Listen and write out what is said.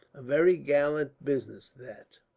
a very gallant business, that!